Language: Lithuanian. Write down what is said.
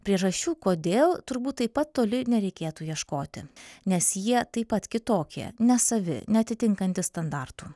priežasčių kodėl turbūt taip pat toli nereikėtų ieškoti nes jie taip pat kitokie nesavi neatitinkantys standartų